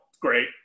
great